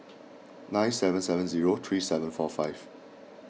nine seven seven zero three seven four five